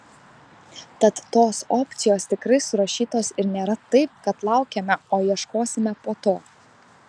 tad tos opcijos tikrai surašytos ir nėra taip kad laukiame o ieškosime po to